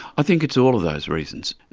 i think it's all of those reasons.